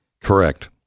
Correct